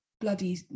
bloody